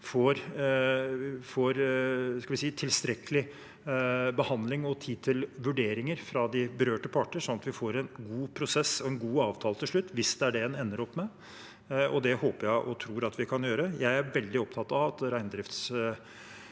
får tilstrekkelig behandling, og at det blir tid til vurderinger fra de berørte parter, sånn at vi får en god prosess og en god avtale til slutt, hvis det er det en ender opp med. Det håper og tror jeg at vi kan gjøre. Jeg er veldig opptatt av at reindriftssamene